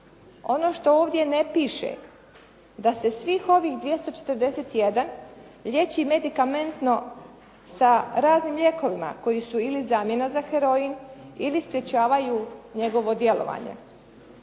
Ono što ovdje ne piše da se svih ovih 241 liječi medikamentno sa raznim lijekovima koji su ili zamjena za heroin ili sprječavaju njegovo djelovanje.